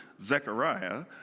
Zechariah